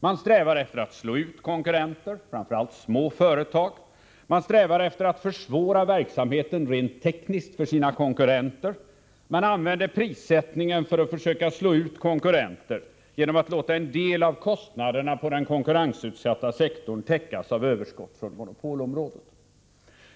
Man strävar efter att slå ut konkurrenter, framför allt små företag. Man strävar efter att försvåra verksamheten rent tekniskt för sina konkurrenter. Man använder prissättningen för att försöka slå ut konkurrenter genom att låta en del av kostnaderna på den konkurrensutsatta sektorn täckas av överskott från monopolområdet.